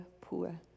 poor